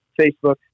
Facebook